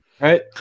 Right